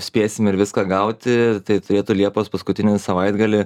spėsim ir viską gauti tai turėtų liepos paskutinį savaitgalį